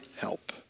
help